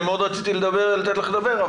אני מאוד רציתי לתת לך לדבר,